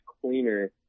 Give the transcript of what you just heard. cleaner